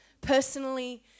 personally